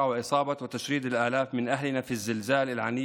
להלן תרגומם: אני שולח את תנחומיי הכנים,